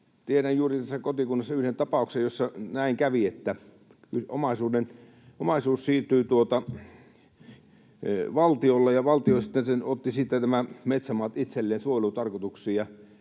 Tiedän juuri kotikunnassa yhden tapauksen, jossa näin kävi, että omaisuus siirtyi valtiolle ja valtio sitten otti siitä nämä metsämaat itselleen suojelutarkoituksiin.